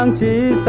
um te